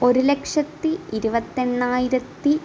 ഒരു ലക്ഷത്തി ഇരുപത്തെണ്ണായിരത്തി